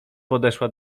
podeszła